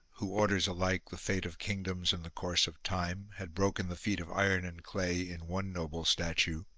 who orders alike the fate of kingdoms and the course of time, had broken the feet of iron and clay in one noble statue,